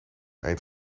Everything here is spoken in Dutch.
eind